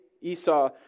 Esau